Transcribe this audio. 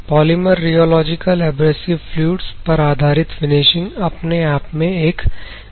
polymer rheological abrasive fluids पर आधारित finishing अपने आप में एक वृहद विषय है